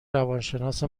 روانشناس